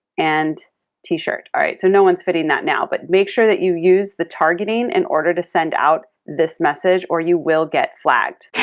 and tshirt, all right. so, no one's fitting that now, but make sure you use the targeting in order to send out this message, or you will get flagged.